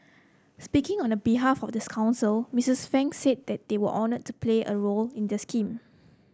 speaking on the behalf of this council Mistress Fang said that they were honoured to play a role in the scheme